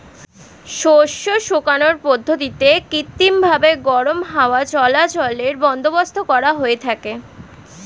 শস্য শুকানোর পদ্ধতিতে কৃত্রিমভাবে গরম হাওয়া চলাচলের বন্দোবস্ত করা হয়ে থাকে